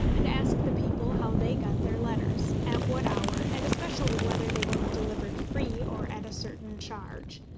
and ask the people how they got their letters, at what hour, and especially whether they were delivered free or at a certain charge.